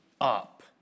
up